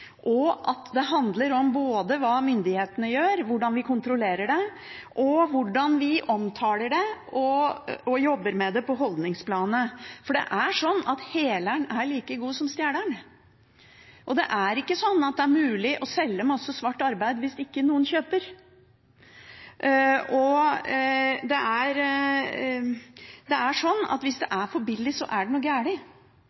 og at det handler både om hva myndighetene gjør og hvordan vi kontrollerer det, og om hvordan vi omtaler det og jobber med det på holdningsplanet. For det er sånn at heleren er like god som stjeleren. Det er ikke sånn at det er mulig å selge masse svart arbeid hvis ikke noen kjøper. Det er sånn at hvis det er for billig, er det